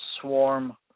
swarm